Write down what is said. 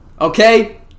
Okay